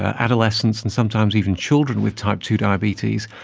adolescents, and sometimes even children with type two diabetes,